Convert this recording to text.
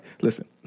listen